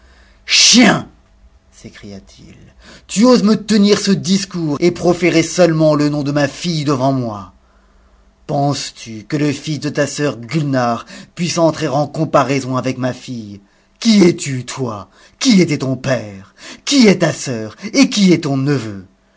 chien sécria t it tu oses me tenir ce dfsco et proférer seulement le nom de ma fille devant moi penses-tu que le fils de ta sœur gulnare puisse entrer en comparaison avec ma ni e qui tti toi qui était ton père qui est ta sœur et qui est ton neveu